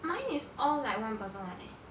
mine is all like one person [one] leh